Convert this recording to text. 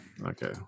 Okay